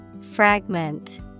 Fragment